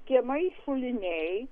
kiemai šuliniai